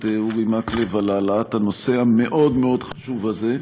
אורי מקלב על העלאת הנושא המאוד-מאוד חשוב הזה,